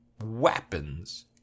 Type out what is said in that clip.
weapons